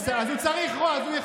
בסדר, אז הוא צריך רוב.